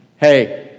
Hey